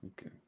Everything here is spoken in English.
Okay